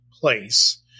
place